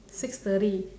six thirty